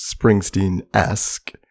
Springsteen-esque